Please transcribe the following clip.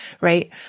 right